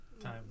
time